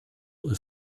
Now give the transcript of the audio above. und